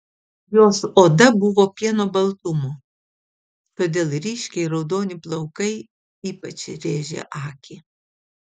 jos oda buvo pieno baltumo todėl ryškiai raudoni plaukai ypač rėžė akį